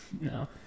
No